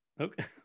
Okay